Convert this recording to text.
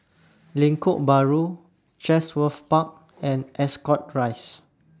Lengkok Bahru Chatsworth Park and Ascot Rise